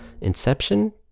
Inception